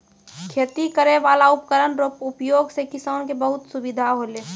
खेती करै वाला उपकरण रो उपयोग से किसान के बहुत सुबिधा होलै